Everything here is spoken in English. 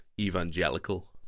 evangelical